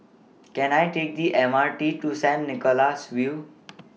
Can I Take The M R T to Saint Nicholas View